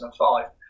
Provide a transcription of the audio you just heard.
2005